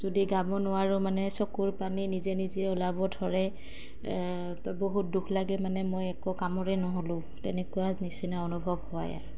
যদি গাব নোৱাৰোঁ মানে চকুৰ পানী নিজে নিজে ওলাব ধৰে তো বহুত দুখ লাগে মানে মই একো কামৰে নহ'লোঁ তেনেকুৱা নিচিনা অনুভৱ হয় আৰু